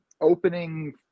opening